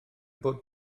bod